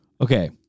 Okay